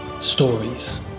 stories